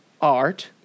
art